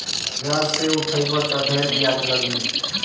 बाजारे से उठइबा त ढेर बियाज लगी